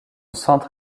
centre